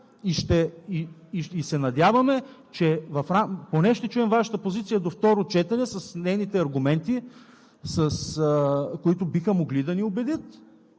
и се надяваме, че поне ще чуем Вашата позиция до второ четене с нейните аргументи, с които биха могли да ни убедят.